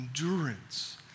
endurance